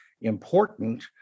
important